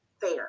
fair